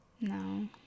No